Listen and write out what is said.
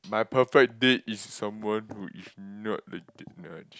my perfect date is someone who is not like the marriage